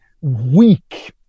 weak